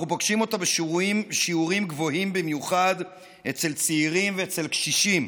אנחנו פוגשים אותה בשיעורים גבוהים במיוחד אצל צעירים ואצל קשישים,